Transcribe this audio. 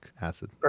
acid